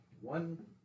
one